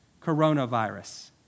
Coronavirus